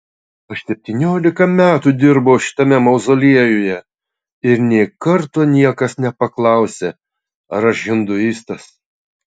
aš septyniolika metų dirbau šitame mauzoliejuje ir nė karto niekas nepaklausė ar aš hinduistas